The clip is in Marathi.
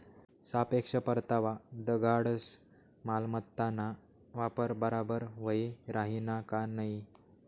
सापेक्ष परतावा दखाडस मालमत्ताना वापर बराबर व्हयी राहिना का नयी